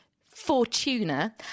Fortuna